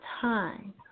time